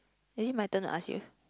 is it my turn to ask you